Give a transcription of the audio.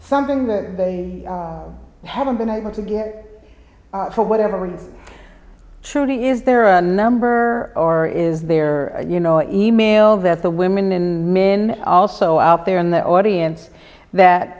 something that they haven't been able to get for whatever we surely is there a number or is there you know email that the women and men also out there in the audience that